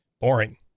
boring